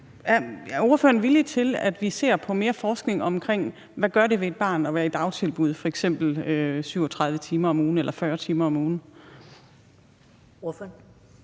Er ordføreren villig til, at vi ser på mere forskning i, hvad det gør ved et barn at være i dagtilbud f.eks. 37 eller 40 timer om ugen? Kl.